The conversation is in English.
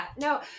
No